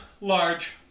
Large